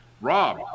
Rob